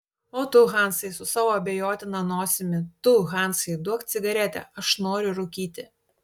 o tu hansai su savo abejotina nosimi tu hansai duok cigaretę aš noriu rūkyti